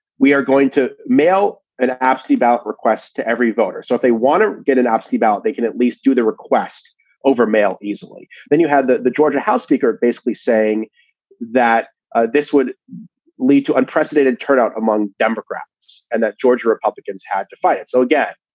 we are going to mail an absentee ballot request to every voter, so they want to get an absentee ballot, they can at least do their request over mail easily. then you had the the georgia house speaker basically saying that ah this would lead to unprecedented turnout among democrats and that georgia republicans had to fight it. so, again,